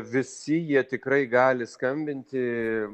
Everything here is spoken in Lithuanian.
visi jie tikrai gali skambinti